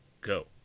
go